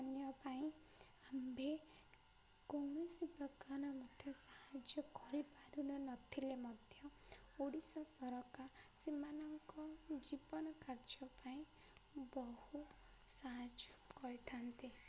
ପାନୀୟ ପାଇଁ ଆମ୍ଭେ କୌଣସି ପ୍ରକାର ମୋତେ ସାହାଯ୍ୟ କରିପାରୁନ ନଥିଲେ ମଧ୍ୟ ଓଡ଼ିଶା ସରକାର ସେମାନଙ୍କ ଜୀବନ କାର୍ଯ୍ୟ ପାଇଁ ବହୁ ସାହାଯ୍ୟ କରିଥାନ୍ତି